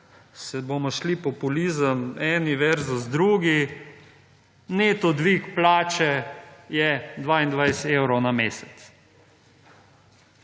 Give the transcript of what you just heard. se bomo šli populizem eni versus drugi, neto dvig plače je 22 evrov na mesec.